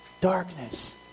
darkness